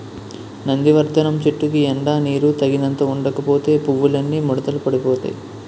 నందివర్థనం చెట్టుకి ఎండా నీరూ తగినంత ఉండకపోతే పువ్వులన్నీ ముడతలు పడిపోతాయ్